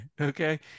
Okay